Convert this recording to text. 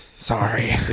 Sorry